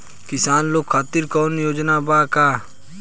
किसान लोग खातिर कौनों योजना बा का?